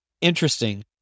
interesting